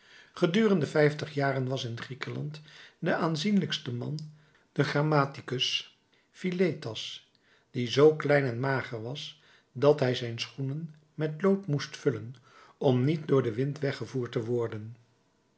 gedurende vijftig jaren was in griekenland de aanzienlijkste man de grammaticus philetas die zoo klein en mager was dat hij zijn schoenen met lood moest vullen om niet door den wind weggevoerd te worden